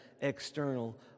external